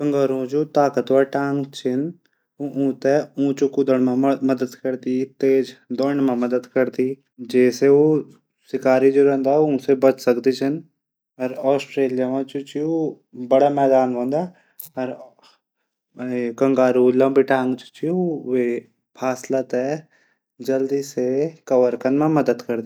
कंगारुओं जू ताकतवर टांग उथै ऊंचू कूदण मा मदद करदिन। तेज दौडन मा मदद करदिन। जै ऊ शिकारी जू हूदन ऊसै बच सकदन छन। आस्ट्रेलिया मा जू छन बडा मैदान हूदा। कंगारुओं जू लंबी टांग जू छन वे फासला थै कबर कन मा मदद करदा।